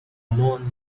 moon